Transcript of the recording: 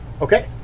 Okay